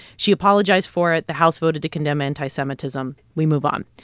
she apologized for it. the house voted to condemn anti-semitism. we move on.